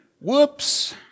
Whoops